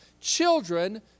children